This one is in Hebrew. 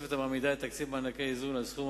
תוספת שתעמיד את תקציב מענקי האיזון על סכום